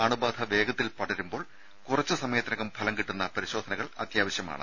അണുബാധ വേഗത്തിൽ പടരുമ്പോൾ കുറച്ച് സമയത്തിനകം ഫലം കിട്ടുന്ന പരിശോധനകൾ അത്യാവശ്യമാണ്